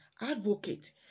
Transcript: advocate